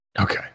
Okay